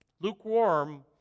lukewarm